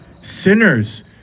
sinners